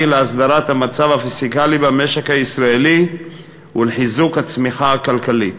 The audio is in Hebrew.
להסדרת המצב הפיסקלי במשק הישראלי ולחיזוק הצמיחה הכלכלית,